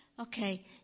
okay